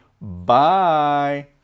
bye